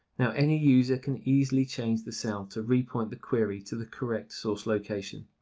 now any user can easily change the cell to re-point the query to the correct source location.